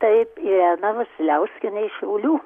taip irena vasiliauskienė iš šiaulių